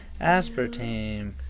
aspartame